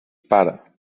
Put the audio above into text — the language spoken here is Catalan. pare